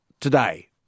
today